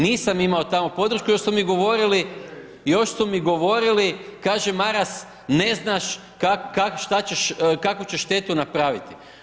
Nisam imao tamo podršku još su mi govorili, još su mi govorili kaže Maras ne znaš šta ćeš, kakvu ćeš štetu napraviti.